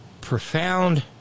profound